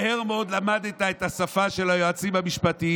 מהר מאוד למדת את השפה של היועצים המשפטיים,